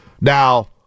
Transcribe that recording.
Now